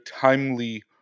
timely